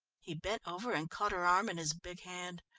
he bent over, and caught her arm in his big hand.